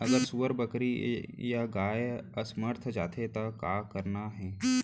अगर सुअर, बकरी या गाय असमर्थ जाथे ता का करना हे?